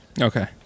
Okay